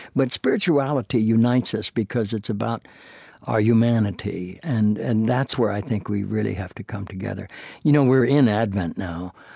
but spirituality unites us, because it's about our humanity. and and that's where i think we really have to come together you know we're in advent now,